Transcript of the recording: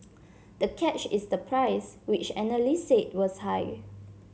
the catch is the price which analysts said was high